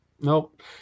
nope